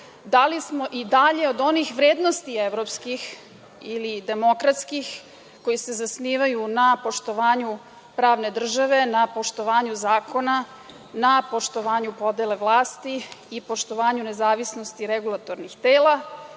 da li smo i dalje od onih vrednosti evropskih ili demokratskih koji se zasnivaju na poštovanju pravne države, na poštovanju zakona, na poštovanju podele vlasti i poštovanju nezavisnosti regulatornih tela,